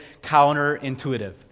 counterintuitive